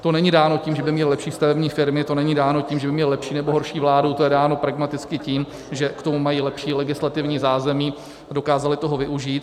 To není dáno tím, že by měli lepší stavební firmy, to není dáno tím, že by měli lepší nebo horší vládu, to je dáno pragmaticky tím, že k tomu mají lepší legislativní zázemí a dokázali toho využít.